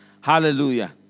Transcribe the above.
Hallelujah